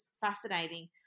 fascinating